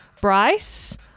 Bryce